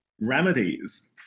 remedies